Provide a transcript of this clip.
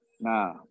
nah